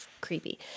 creepy